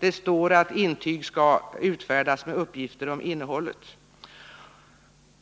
Det står att intyg skall utfärdas med uppgifter om innehållet.